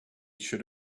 should